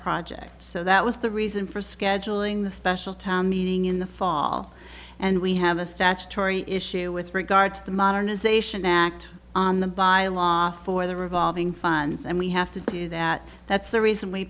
project so that was the reason for scheduling the special town meeting in the fall and we have a statutory issue with regard to the modernization act on the by law for the revolving funds and we have to do that that's the reason we